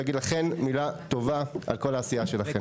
אני חושב שזוהי הזדמנות להגיד לכן מילה טובה על כל העשייה שלכן.